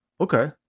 okay